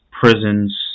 prisons